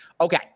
Okay